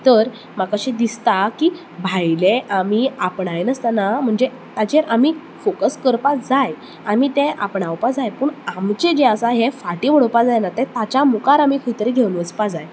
तर म्हाका अशें दिसता की भायलें आमी आपणाय आसतना म्हणजे ताजेर आमी फोकस करपा जाय आमी तें आपणावपा जाय पूण आमचें जें आसा ह्यें फाटी उडोवपा जायना तें ताच्या मुखार आमी खंय तरी घेवन वचपा जाय